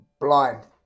blind